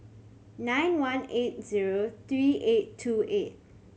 nine one eight zero three eight two eight